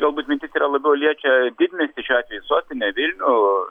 galbūt mintis yra labiau liečia didmiestį šiuo atveju sostinę vilnių